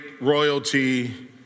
royalty